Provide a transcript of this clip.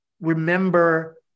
remember